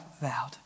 vowed